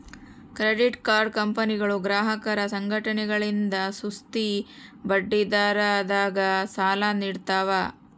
credit card ಕಂಪನಿಗಳು ಗ್ರಾಹಕರ ಸಂಘಟನೆಗಳಿಂದ ಸುಸ್ತಿ ಬಡ್ಡಿದರದಾಗ ಸಾಲ ನೀಡ್ತವ